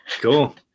Cool